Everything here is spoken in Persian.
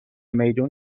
میدون